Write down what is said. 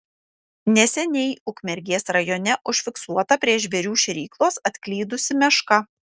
neseniai ukmergės rajone užfiksuota prie žvėrių šėryklos atklydusi meška